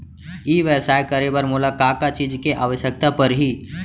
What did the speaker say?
ई व्यवसाय करे बर मोला का का चीज के आवश्यकता परही?